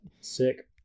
sick